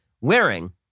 wearing